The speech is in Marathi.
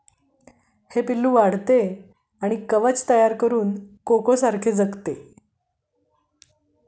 हे पिल्लू वाढते आणि कवच तयार करून कोकोसारखे जगते